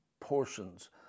portions